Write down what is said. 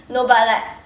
no but like